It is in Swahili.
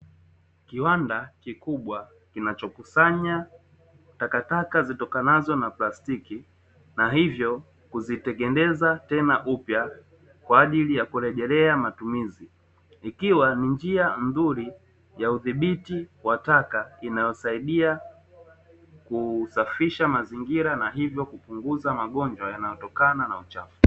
Kiwanda kikubwa kinachokusanya takataka zitokanazo na plastiki na hivyo kuzitengeneza tena upya kwa ajili ya kurejelea matumizi, ikiwa ni njia nzuri ya udhibiti wa taka inayosaidia kusafisha mazingira na hivyo kupunguza magonjwa yanayotokana na uchafuzi.